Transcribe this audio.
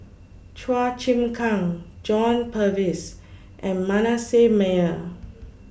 Chua Chim Kang John Purvis and Manasseh Meyer